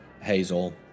hazel